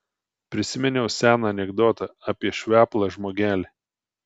prisiminiau seną anekdotą apie šveplą žmogelį